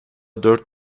dört